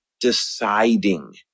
deciding